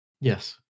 Yes